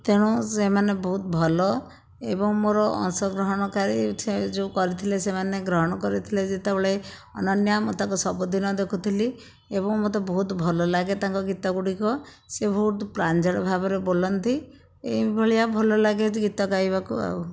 ତେଣୁ ସେମାନେ ବହୁତ ଭଲ ଏବଂ ମୋର ଅଂଶଗ୍ରହଣକାରୀ ସେ ଯେଉଁ କରିଥିଲେ ସେମାନେ ଗ୍ରହଣ କରିଥିଲେ ଯେତେବେଳେ ଅନନ୍ୟା ମୁଁ ତାକୁ ସବୁଦିନେ ଦେଖୁଥିଲି ଏବଂ ମୋତେ ବହୁତ ଭଲ ଲାଗେ ତାଙ୍କ ଗୀତ ଗୁଡ଼ିକ ସେ ବହୁତ ପ୍ରାଞ୍ଜଳ ଭାବରେ ବୋଲନ୍ତି ଏଇ ଭଳିଆ ଭଲ ଲାଗେ ଗୀତ ଗାଇବାକୁ ଆଉ